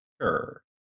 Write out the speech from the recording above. Sure